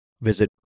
visit